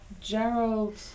Gerald